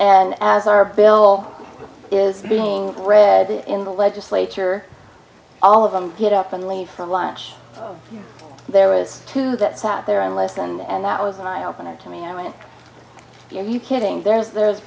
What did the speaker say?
and as our bill is being read in the legislature all of them get up and leave from lunch there was two that sat there and listened and that was an eye opener to me i mean you kidding there's there's